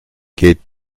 geht